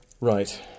Right